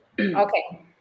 okay